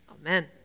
Amen